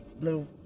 little